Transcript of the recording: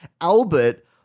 Albert